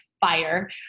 fire